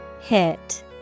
Hit